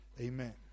Amen